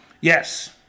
Yes